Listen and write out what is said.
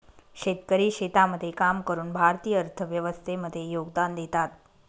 शेतकरी शेतामध्ये काम करून भारतीय अर्थव्यवस्थे मध्ये योगदान देतात